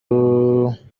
bakina